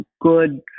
good